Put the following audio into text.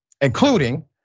Including